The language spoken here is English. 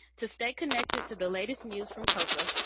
to stay connected to the latest news from coca,